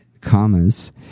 commas